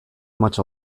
much